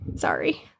sorry